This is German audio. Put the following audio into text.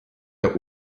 der